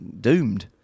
doomed